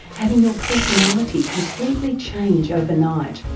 having your personality completely change overnight,